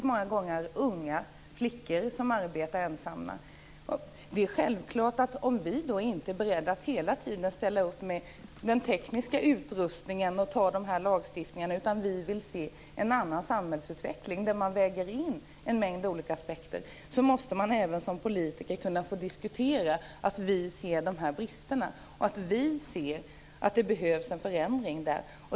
Många gånger är det unga flickor som arbetar ensamma. Vi är inte beredda att hela tiden ställa upp med teknisk utrustning och ta de här lagstiftningarna, utan vi vill se en annan samhällsutveckling, där man väger in en mängd olika aspekter. Man måste som politiker kunna få diskutera sådana här brister och peka på att det behövs en förändring.